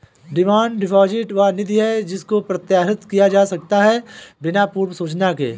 demand deposit वह निधि है जिसको प्रत्याहृत किया जा सकता है बिना पूर्व सूचना के